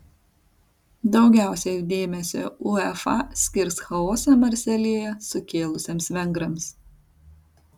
daugiausiai dėmesio uefa skirs chaosą marselyje sukėlusiems vengrams